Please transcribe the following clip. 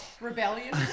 rebellion